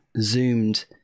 zoomed